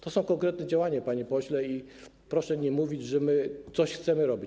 To są konkretne działania, panie pośle, i proszę nie mówić, że my coś chcemy robić.